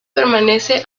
permanece